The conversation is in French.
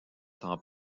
temps